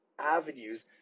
avenues